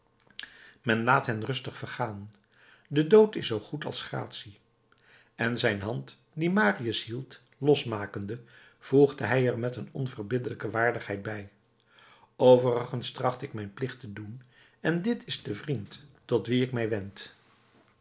men laat hen rustig vergaan de dood is zoogoed als gratie en zijn hand die marius hield losmakende voegde hij er met een onverbiddelijke waardigheid bij overigens tracht ik mijn plicht te doen en dit is de vriend tot wien ik mij wend